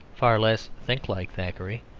far less think like thackeray,